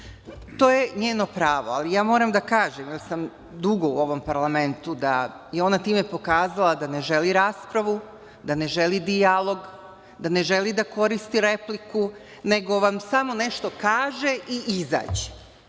To je njeno pravo, ali ja moram da kažem, jer sam dugo u ovom parlamentu, da je ona time pokazala da ne želi raspravu, da ne želi dijalog, da ne želi da koristi repliku, nego vam samo nešto kaže i izađe.